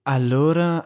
Allora